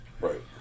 Right